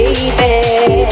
Baby